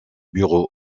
bureau